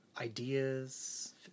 Ideas